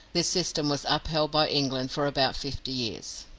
this system was upheld by england for about fifty years.